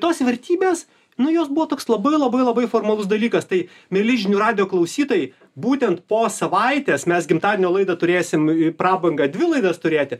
tos vertybės nu jos buvo toks labai labai labai formalus dalykas tai mieli žinių radijo klausytojai būtent po savaitės mes gimtadienio laidą turėsim prabangą dvi laidas turėti